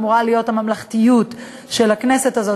אמורה להיות הממלכתיות של הכנסת הזאת,